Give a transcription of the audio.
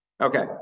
Okay